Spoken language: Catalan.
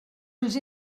ulls